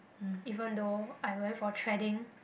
even though I went for threading